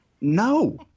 No